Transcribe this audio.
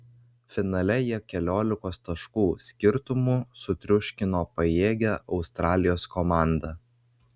finale jie keliolikos taškų skirtumu sutriuškino pajėgią australijos komandą